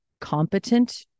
competent